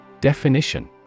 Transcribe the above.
Definition